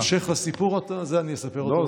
יש המשך לסיפור הזה, אני אספר אותו בפעם הבאה.